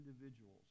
individuals